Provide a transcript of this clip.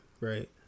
right